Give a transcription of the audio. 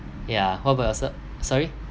yeah what about yourself sorry